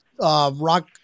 rock